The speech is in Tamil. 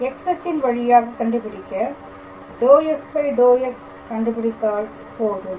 X அச்சின் வழியாக கண்டுபிடிக்க ∂f∂x கண்டுபிடித்தால் போதும்